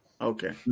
Okay